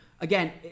again